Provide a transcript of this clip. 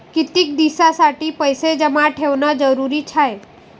कितीक दिसासाठी पैसे जमा ठेवणं जरुरीच हाय?